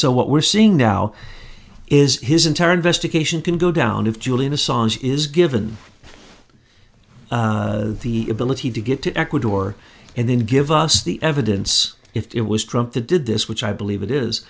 so what we're seeing now is his entire investigation can go down if julian assange is given the ability to get to ecuador and then give us the evidence it was trumped the did this which i believe it is